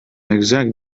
exact